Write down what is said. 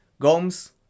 Gomes